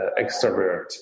extrovert